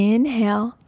Inhale